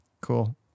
Cool